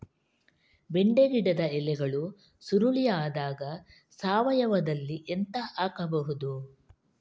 ಬೆಂಡೆ ಗಿಡದ ಎಲೆಗಳು ಸುರುಳಿ ಆದಾಗ ಸಾವಯವದಲ್ಲಿ ಎಂತ ಹಾಕಬಹುದು?